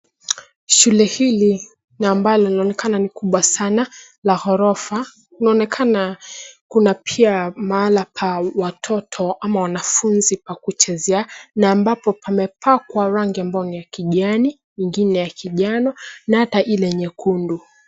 Shule hili na ambalo linaonekana ni kubwa sana la ghorofa inaonekana kuna pia mahala pa watoto ama wanafunzi pa kuchezea na ambapo pamepakwa rangi ambayo ni ya kijani ingine ya kijano na hata ile nyekundu.